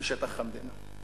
משטח המדינה,